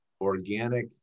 organic